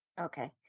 Okay